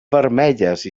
vermelles